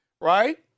right